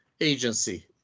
Agency